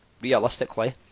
realistically